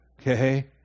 Okay